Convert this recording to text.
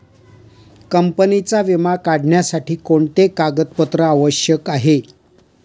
कंपनीचा विमा काढण्यासाठी कोणते कागदपत्रे आवश्यक आहे?